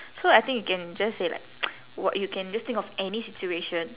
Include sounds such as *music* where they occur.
so I think you can just say like *noise* what you can just think of any situation